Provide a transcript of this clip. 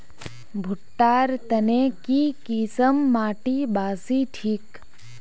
भुट्टा र तने की किसम माटी बासी ठिक?